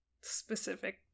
specific